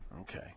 Okay